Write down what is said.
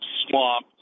swamp